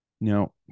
Now